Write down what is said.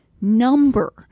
number